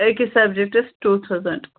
أکِس subjects two thousand